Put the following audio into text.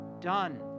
done